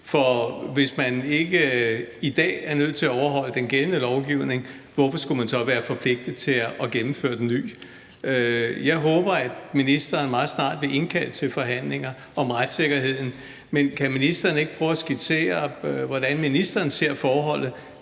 for hvis man ikke i dag er nødt til at overholde den gældende lovgivning, hvorfor skulle man så være forpligtet til at gennemføre den ny? Jeg håber, at ministeren meget snart vil indkalde til forhandlinger om retssikkerheden, men kan ministeren ikke prøve at skitsere, hvordan ministeren ser forholdet